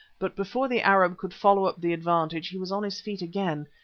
but before the arab could follow up the advantage, he was on his feet again.